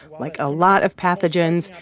like a lot of pathogens,